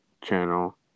channel